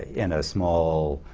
in a small,